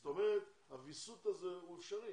זאת אומרת הוויסות הזה אפשרי,